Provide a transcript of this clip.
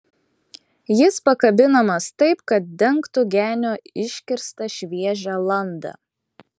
jis pakabinamas taip kad dengtų genio iškirstą šviežią landą